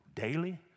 daily